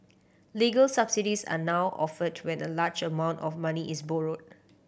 legal subsidies are now offered when a large amount of money is borrowed